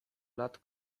lat